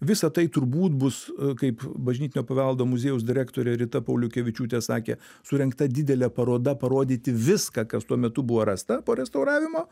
visa tai turbūt bus kaip bažnytinio paveldo muziejaus direktorė rita pauliukevičiūtė sakė surengta didelė paroda parodyti viską kas tuo metu buvo rasta po restauravimo